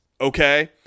Okay